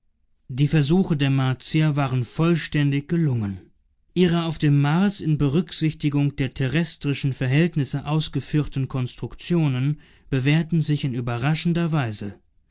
die versuche der martier waren vollständig gelungen ihre auf dem mars in berücksichtigung der terrestrischen verhältnisse ausgeführten konstruktionen bewährten sich in überraschender weise